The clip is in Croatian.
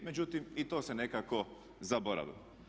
Međutim i to ne nekako zaboravilo.